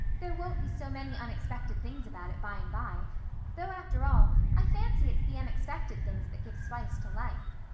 there won't be so many unexpected things about it by and by though, after all, i fancy it's the unexpected things that give spice to life.